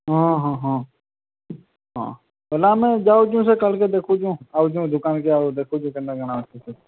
ହଁ ହଁ ହଁ ହଁ ହେଲେ ଆମେ ଯାଉଛୁଁ ସେ କାଏଲ୍'କେ ଦେଖୁଛୁଁ ଆଉଛୁଁ ଦୁକାନ୍କେ ଆଉ ଦେଖୁଛୁଁ କେନ୍ଟା କା'ଣା ଅଛେ ଯେ